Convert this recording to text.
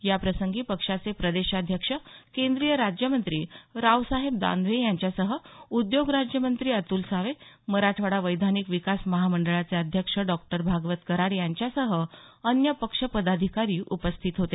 याप्रसंगी पक्षाचे प्रदेशाध्यक्ष केंद्रीय राज्यमंत्री रावसाहेब दानवे यांच्यासह उद्योग राज्यमंत्री अतुल सावे मराठवाडा वैधानिक विकास महामंडळाचे अध्यक्ष डॉक्टर भागवत कराड यांसह अन्य पक्ष पदाधिकारी उपस्थित होते